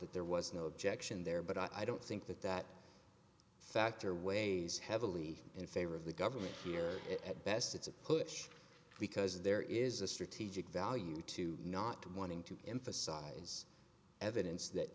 that there was no objection there but i don't think that that factor weighs heavily in favor of the government here at best it's a push because there is a strategic value to not wanting to emphasize evidence that